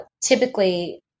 Typically